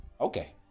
Okay